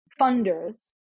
funders